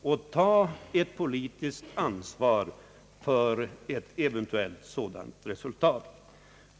Och vi är inställda på att ta vårt politiska ansvar för ett eventuellt sådant resultat.